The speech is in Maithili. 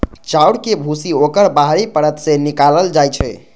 चाउरक भूसी ओकर बाहरी परत सं निकालल जाइ छै